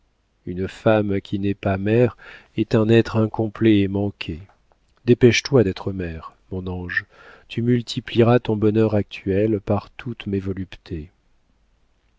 une femme qui n'est pas mère est un être incomplet et manqué dépêche-toi d'être mère mon ange tu multiplieras ton bonheur actuel par toutes mes voluptés